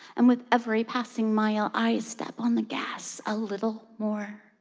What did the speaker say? and with every passing mile, i step on the gas a little more,